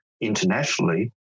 internationally